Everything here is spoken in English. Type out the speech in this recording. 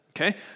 Okay